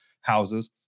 houses